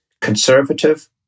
conservative